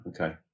okay